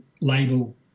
label